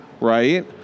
right